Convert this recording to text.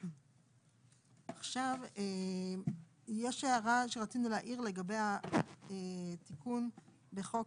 עכשיו, יש הערה שרצינו להעיר, לגבי התיקון בחוק